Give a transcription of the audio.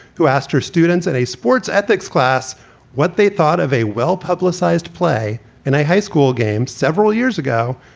who asked her students at a sports ethics class what they thought of a well publicized play in a high school game several years ago,